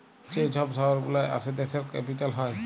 যে ছব শহর গুলা আসে দ্যাশের ক্যাপিটাল হ্যয়